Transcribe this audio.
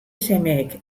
semeek